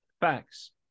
Facts